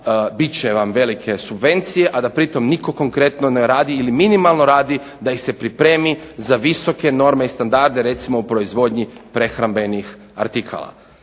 bit će vam velike subvencije a da pritom nitko konkretno ne radi ili minimalno radi da ih se pripremi na visoke norme i standarde recimo u proizvodnji prehrambenih artikala.